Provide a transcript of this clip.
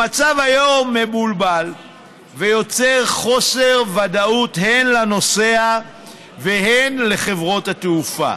המצב היום מבולבל ויוצר חוסר ודאות הן לנוסע והן לחברות התעופה.